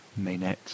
Maynet